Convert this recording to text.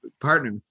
partner